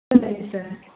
ಸರಿ ಸರ್